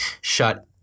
Shut